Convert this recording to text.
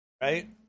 right